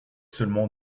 seulement